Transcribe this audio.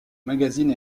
magazine